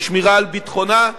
של שמירה על ביטחונה,